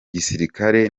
gisirikare